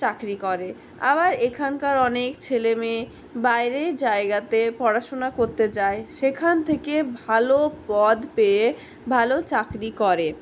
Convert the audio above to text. চাকরি করে আবার এখানকার অনেক ছেলেমেয়ে বাইরে জায়গাতে পড়াশোনা করতে যায় সেখান থেকে ভালো পদ পেয়ে ভালো চাকরি করে